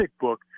book